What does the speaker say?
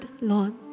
Lord